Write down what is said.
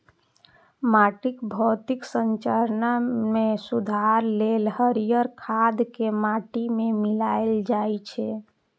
माटिक भौतिक संरचना मे सुधार लेल हरियर खाद कें माटि मे मिलाएल जाइ छै